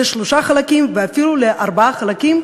לשלושה חלקים ואפילו לארבעה חלקים,